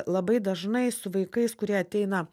labai dažnai su vaikais kurie ateina